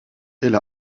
elle